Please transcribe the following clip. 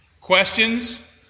Questions